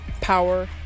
Power